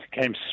came